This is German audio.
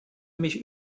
mich